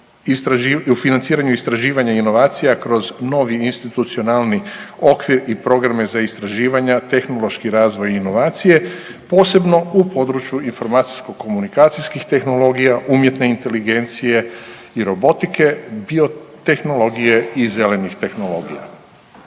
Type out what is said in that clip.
u financiranju istraživanja inovacija kroz novi institucionalni okvir i programe za istraživanja, tehnološki razvoj i inovacije, posebno u području informatičko komunikacijskih tehnologija, umjetne inteligencije i robotike, biotehnologije i zelenih tehnologija.